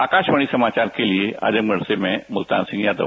आकाशवाणी समाचार के लिए आजमगढ़ से मैं मुल्तान सिंह यादव